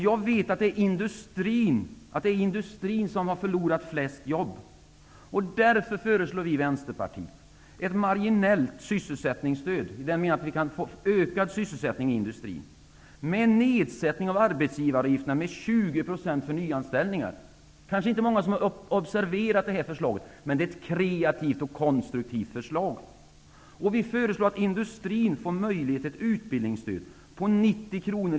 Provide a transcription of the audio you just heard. Jag vet att det är i industrin som flest jobb har gått förlorade. Därför föreslår Vänsterpartiet ett marginellt sysselsättningsstöd -- i den meningen att vi kan få ökad sysselsättning i industrin -- med nedsättning av arbetsgivaravgifterna med 20 % för nyanställningar. Det kanske inte är många som har observerat det här förslaget, men det är ett kreativt och konstruktivt förslag. Vi föreslår att industrin får möjlighet till ett utbildningsstöd på 90 kr.